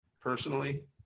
personally